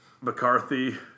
McCarthy